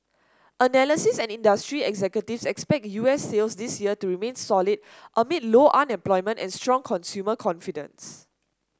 analysts and industry executives expect U S sales this year to remain solid amid low unemployment and strong consumer confidence